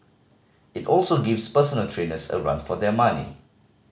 it also gives personal trainers a run for their money